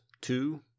two